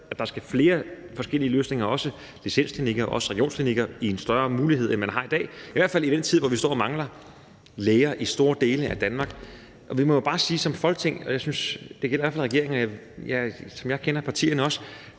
for flere forskellige løsninger, også licensklinikker og også regionsklinikker, end der er i dag, i hvert fald i den tid, hvor vi står og mangler læger i store dele af Danmark, og vi må jo bare sige som Folketing – det gælder i hvert fald regeringen, og som jeg kender dem, også